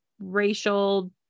racial